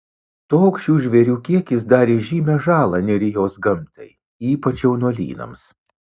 toks šių žvėrių kiekis darė žymią žalą nerijos gamtai ypač jaunuolynams